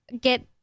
get